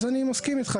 אז אני מסכים איתך.